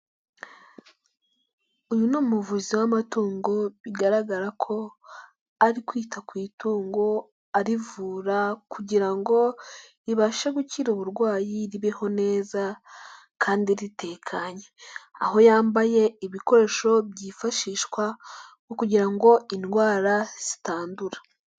Uyu ni umuvuzi w'amatungo bigaragara ko ari kwita ku itungo, arivura kugira ngo ribashe gukira uburwayi, ribeho neza kandi ritekanye, aho yambaye ibikoresho byifashishwa kugira ngo indwara zitandura.